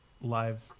live